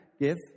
give